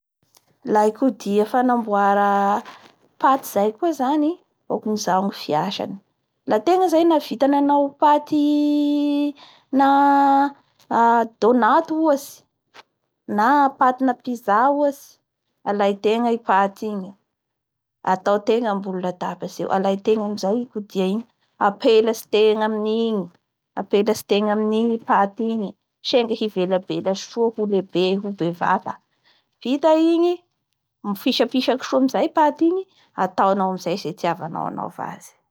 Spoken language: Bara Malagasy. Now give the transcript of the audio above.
Laha izay ndraiky alohya da tsy haiko loatsy ny fomba hanzavako anareo anizay, fa ny fahaizako azy moa dafa karazana vy io, vy natao-natambatambatsy zany da nanome an'izay milona zay.